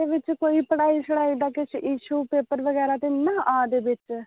ओह्दे बिच्च कोई पढ़ाई छड़ाई दा किश इशु पेपर बगैरा ते नि'न्ना हैन आवा दे बिच्च